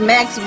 Max